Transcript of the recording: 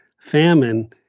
Famine